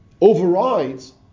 overrides